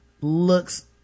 looks